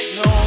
no